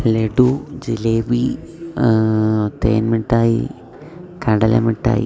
ലഡു ജിലേബി തേൻമിട്ടായി കടല മിട്ടായി